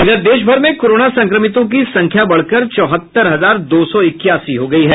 इधर देश भर में कोरोना संक्रमितों की संख्या बढ़कर चौहत्तर हजार दो सौ इक्यासी हो गयी है